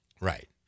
Right